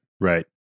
Right